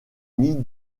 nid